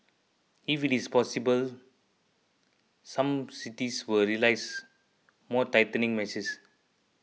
if it is possible some cities will release more tightening measures